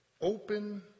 open